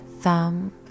thumb